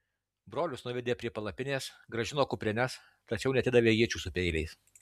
brolius nuvedė prie palapinės grąžino kuprines tačiau neatidavė iečių su peiliais